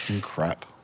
Crap